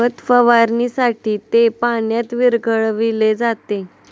खत फवारणीसाठी ते पाण्यात विरघळविले जाते